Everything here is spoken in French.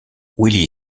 willie